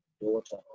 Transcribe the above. daughter